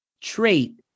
trait